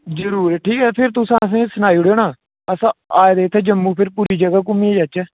जरुर ठीक ऐ फिर तुस असेंगी गी सनाई ओड़ेओ ना फ्ही अस आए दे फिर जम्मू पूरी जगह घूमियै जाह्चे